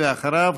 ואחריו,